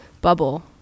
bubble